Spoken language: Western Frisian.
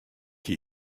hie